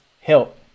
help